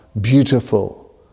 beautiful